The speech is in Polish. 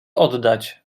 oddać